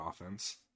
offense